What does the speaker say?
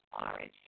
orange